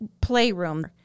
playroom